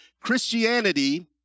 Christianity